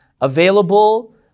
available